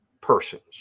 persons